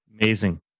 Amazing